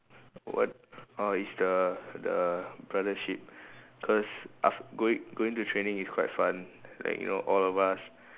what oh is the the brothership cause af~ going going to training is quite fun like you know all of us